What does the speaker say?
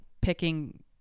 picking